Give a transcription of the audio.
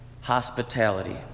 hospitality